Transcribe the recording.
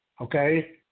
Okay